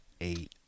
eight